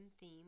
theme